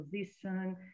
position